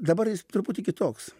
dabar jis truputį kitoks